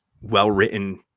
well-written